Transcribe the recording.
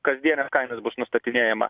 kasdienes kainas bus nustatinėjama